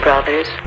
Brothers